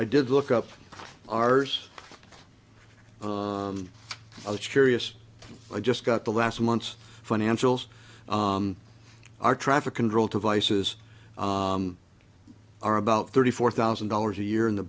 i did look up r's i was curious i just got the last month's financials our traffic control devices are about thirty four thousand dollars a year in the